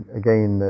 again